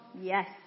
Yes